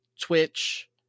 Twitch